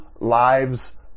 lives